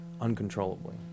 uncontrollably